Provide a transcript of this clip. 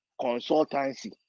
consultancy